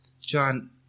John